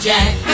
Jack